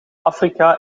afrika